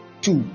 Two